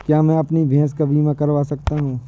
क्या मैं अपनी भैंस का बीमा करवा सकता हूँ?